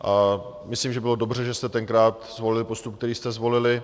A myslím, že bylo dobře, že jste tenkrát zvolili postup, který jste zvolili.